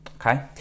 okay